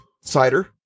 cider